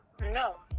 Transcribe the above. No